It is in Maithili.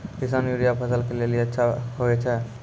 किसान यूरिया फसल के लेली अच्छा होय छै?